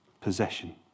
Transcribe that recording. possession